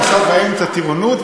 הוא עכשיו באמצע טירונות,